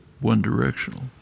one-directional